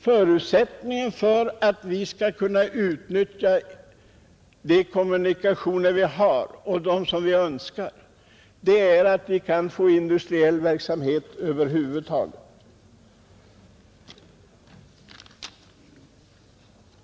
Förutsättningen för att vi skall kunna utnyttja de kommunikationer som vi har och dem som vi önskar få är att vi kan få industriell verksamhet till Norrland.